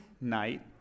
night